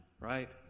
right